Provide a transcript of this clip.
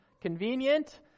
Convenient